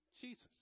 Jesus